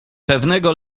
pewnego